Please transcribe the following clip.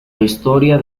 historia